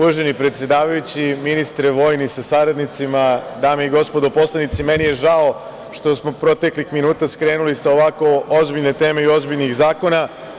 Uvaženi predsedavajući, ministre vojni sa saradnicima, dame i gospodo poslanici, meni je žao što smo proteklih minuta skrenuli sa ovako ozbiljne teme i ovako ozbiljnih zakona.